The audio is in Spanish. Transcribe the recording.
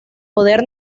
poder